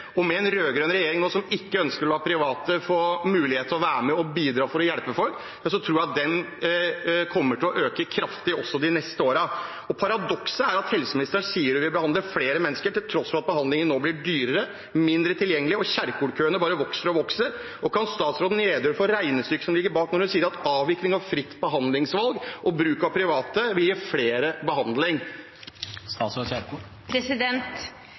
Med en rød-grønn regjering nå som ikke ønsker å la private få mulighet til å være med og bidra for å hjelpe folk, tror jeg at det kommer til å øke kraftig også de neste årene. Paradokset er at helseministeren sier at hun vil behandle flere mennesker, til tross for at behandlingen nå blir dyrere, mindre tilgjengelig og Kjerkol-køene bare vokser og vokser. Kan statsråden redegjøre for regnestykket som ligger bak, når hun sier at avvikling av fritt behandlingsvalg og bruk av private vil gi flere